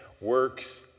works